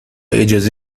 اجازه